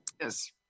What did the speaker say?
Yes